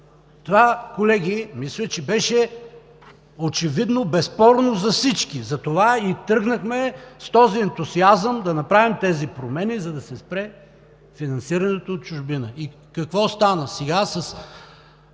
Това, колеги, мисля, че беше очевидно, безспорно за всички. Затова и тръгнахме с този ентусиазъм да направим тези промени, за да се спре финансирането от чужбина. Какво стана сега с